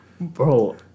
Bro